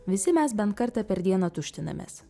visi mes bent kartą per dieną tuštinamės